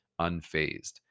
unfazed